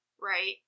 right